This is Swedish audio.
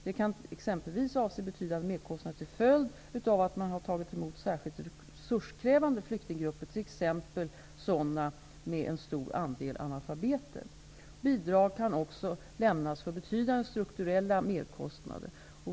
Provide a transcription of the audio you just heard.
Det kan exempelvis avse betydande merkostnader till följd av att man tagit emot särskilt resurskrävande flyktinggrupper, t.ex. sådana med en stor andel analfabeter. Bidrag kan också lämnas för betydande strukturella merkostnader.